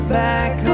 back